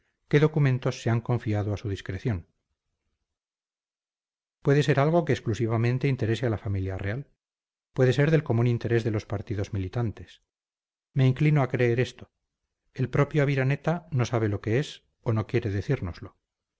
qué documentos se han confiado a su discreción puede ser algo que exclusivamente interese a la familia real puede ser del común interés de los partidos militantes me inclino a creer esto el propio aviraneta no sabe lo que es o no quiere decírnoslo no lo